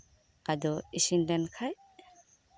ᱟᱫᱚ ᱤᱥᱤᱱ ᱞᱮᱱᱠᱷᱟᱡ